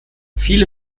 viele